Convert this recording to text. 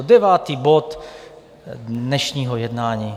Devátý bod dnešního jednání.